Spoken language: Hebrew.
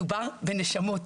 מדובר בנשמות,